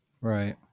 Right